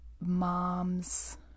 moms